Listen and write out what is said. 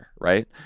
right